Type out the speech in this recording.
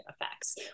effects